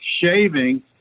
shaving